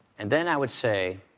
and then i would say,